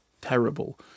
terrible